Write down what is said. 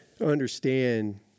understand